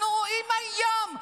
אנחנו רואים היום,